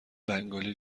بنگالی